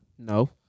No